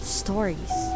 stories